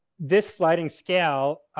this sliding scale